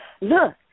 Look